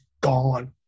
gone